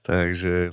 Takže